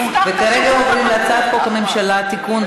כרגע עוברים להצעת חוק הממשלה (תיקון,